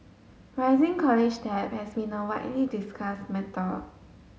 rising college debt has been a widely discussed matter